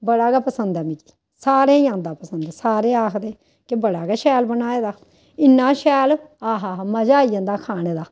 बड़ा गै पसंद ऐ मिगी सारें गी औंदा पसंद सारे आखदे कि बड़ा गै शैल बनाए दा इन्ना शैल आ हा हा मजा आई जंदा खाने दा